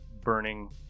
burning